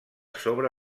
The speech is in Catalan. sobre